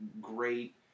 great